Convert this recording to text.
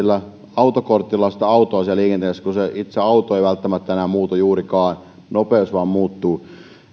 autokortilla autoa siellä liikenteessä kun se itse auto ei välttämättä enää muutu juurikaan nopeus vain muuttuu